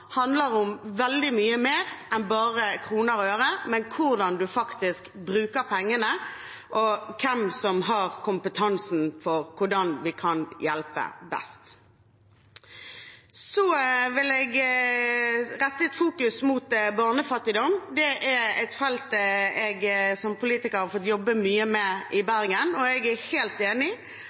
handler om veldig mye mer enn bare kroner og øre. Det handler om hvordan man faktisk bruker pengene, og hvem som har kompetansen om hvordan vi kan hjelpe best. Så vil jeg rette fokus mot barnefattigdom. Det er et felt jeg som politiker har fått jobbe mye med i Bergen. Jeg er helt enig i